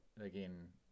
again